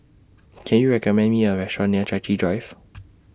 Can YOU recommend Me A Restaurant near Chai Chee Drive